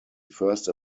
first